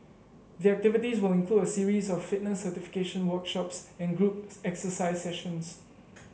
the activities will include a series of fitness certification workshops and group exercise sessions